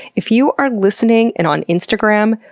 if you are listening and on instagram,